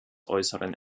äußeren